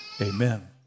amen